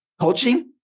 coaching